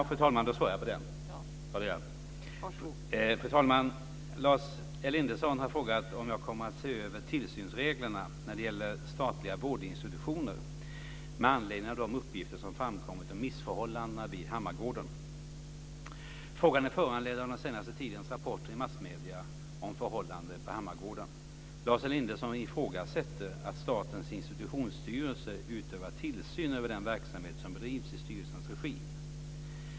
Fru talman! Lars Elinderson har frågat om jag kommer att se över tillsynsreglerna när det gäller statliga vårdinstitutioner med anledning av de uppgifter som framkommit om missförhållanden vid Frågan är föranledd av den senaste tidens rapporter i massmedierna om förhållandena på Hammargården. Lars Elinderson ifrågasätter att Statens institutionsstyrelse utövar tillsyn över den verksamhet som bedrivs i styrelsens regi.